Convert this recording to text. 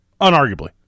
Unarguably